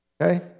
Okay